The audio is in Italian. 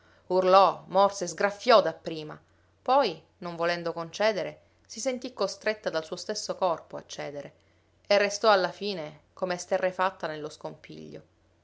urlò morse sgraffiò dapprima poi non volendo concedere si sentì costretta dal suo stesso corpo a cedere e restò alla fine come esterrefatta nello scompiglio